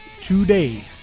today